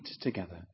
together